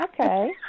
Okay